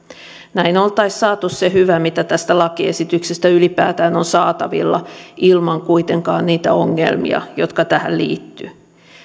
näin oltaisiin saatu se hyvä mitä tästä lakiesityksestä ylipäätään on saatavilla kuitenkin ilman niitä ongelmia jotka tähän liittyvät